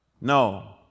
No